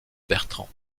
bertrand